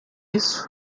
isso